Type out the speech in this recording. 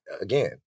again